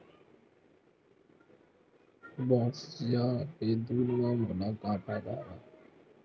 भैंसिया के दूध म मोला का फ़ायदा हवय?